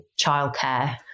childcare